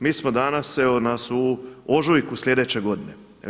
Mi smo danas, evo nas u ožujku sljedeće godine.